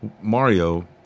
Mario